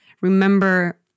remember